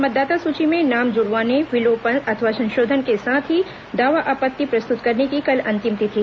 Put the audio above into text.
मतदाता सूची में नाम जुड़वाने विलोपन अथवा संशोधन के साथ ही दावा आपत्ति प्रस्तुत करने की कल अंतिम तिथि